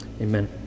Amen